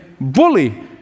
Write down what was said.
bully